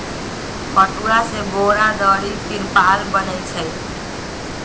पटूआ से बोरा, दरी, तिरपाल बनै छइ